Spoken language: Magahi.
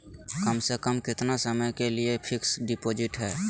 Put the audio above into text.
कम से कम कितना समय के लिए फिक्स डिपोजिट है?